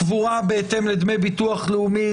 קבורה בהתאם לדמי ביטוח לאומי,